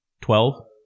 Twelve